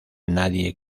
nadie